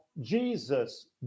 Jesus